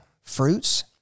fruits